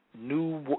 New